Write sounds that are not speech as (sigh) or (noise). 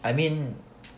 I mean (noise)